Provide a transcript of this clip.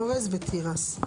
אורז ותירס,